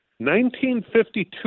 1952